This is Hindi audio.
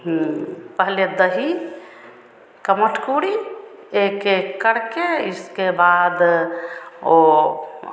पहले दही की मटकूरी एक एक करके उसके बाद वह